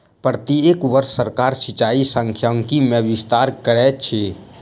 प्रत्येक वर्ष सरकार सिचाई सांख्यिकी मे विस्तार करैत अछि